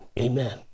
Amen